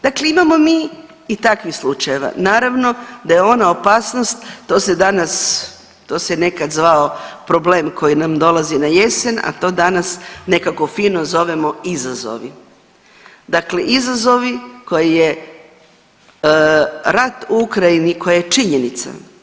Dakle imamo mi i takvih slučajeva, naravno da je ona opasnost, to se danas, to se nekad zvao problem koji nam dolazi na jesen, a to danas nekako fino zovemo izazovi, dakle izazovi koje je rat u Ukrajini, koje je činjenica.